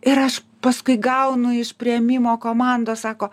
ir aš paskui gaunu iš priėmimo komandos sako